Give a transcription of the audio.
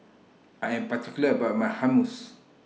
I Am particular about My Hummus